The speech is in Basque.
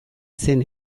zen